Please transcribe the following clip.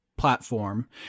platform